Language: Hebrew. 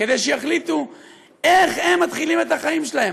כדי שיחליטו איך הם מתחילים את החיים שלהם,